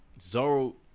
Zoro